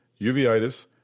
uveitis